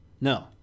No